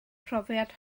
profiad